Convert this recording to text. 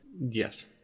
Yes